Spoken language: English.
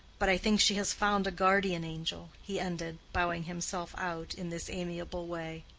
but i think she has found a guardian angel, he ended, bowing himself out in this amiable way.